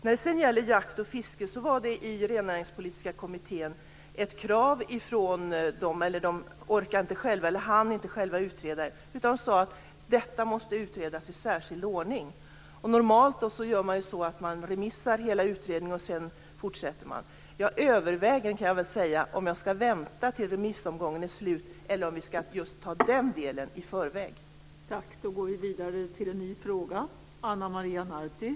När det gäller jakt och fiske kan jag säga att Rennäringspolitiska kommittén inte hann utreda dessa frågor utan framhöll att de måste utredas i särskild ordning. Normalt brukar man remissbehandla hela utredningen och går sedan vidare. Jag överväger om jag ska vänta tills remissomgången är slut eller om vi ska behandla just denna del i förväg.